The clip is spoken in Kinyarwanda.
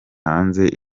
hanze